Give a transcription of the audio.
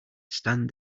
stand